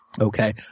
okay